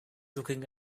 looking